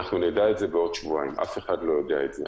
נדע את זה בעוד שבועיים, אף אחד לא יודע את זה.